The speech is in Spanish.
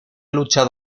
luchado